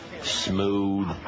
smooth